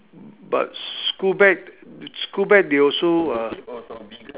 but school bag school bag they also uh